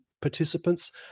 participants